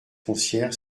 foncière